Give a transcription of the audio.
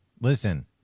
listen